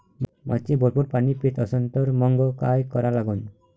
माती भरपूर पाणी पेत असन तर मंग काय करा लागन?